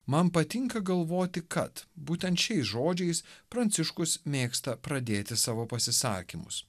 man patinka galvoti kad būtent šiais žodžiais pranciškus mėgsta pradėti savo pasisakymus